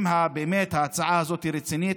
אם באמת ההצעה הזאת רצינית,